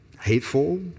hateful